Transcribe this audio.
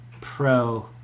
pro